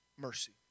mercy